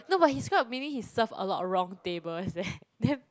no but he screw up meaning he serve a lot of wrong tables eh damn